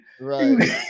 right